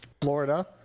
Florida